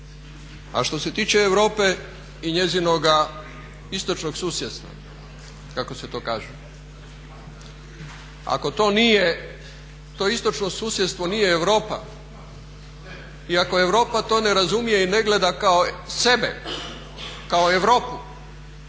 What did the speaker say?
A što se tiče Europe i njezinog istočnog susjedstva kako se to kaže, ako to istočno susjedstvo nije Europa i ako Europa to ne razumije i ne gleda kao sebe, kao Europu,